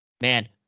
Man